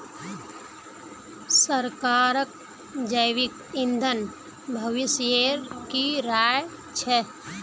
सरकारक जैविक ईंधन भविष्येर की राय छ